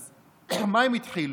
אז במה הם התחילו?